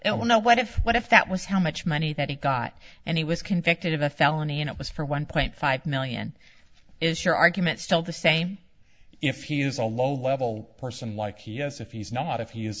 now what if what if that was how much money that he got and he was convicted of a felony and it was for one point five million is your argument still the same if he is a low level person like he has if he's not if